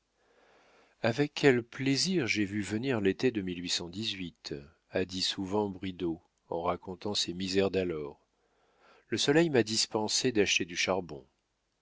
avec quel plaisir j'ai vu venir l'été de à dix sous rideau en racontant ses misères d'alors le soleil m'a dispensé d'acheter du charbon